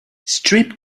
strip